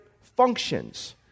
Functions